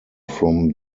from